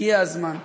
שהגיע הזמן שבאמת,